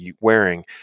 wearing